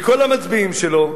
מכל המצביעים שלו,